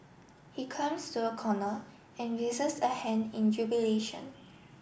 he climbs to a corner and raises a hand in jubilation